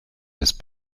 ist